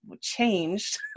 changed